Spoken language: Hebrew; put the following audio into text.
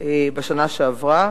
בשנה שעברה,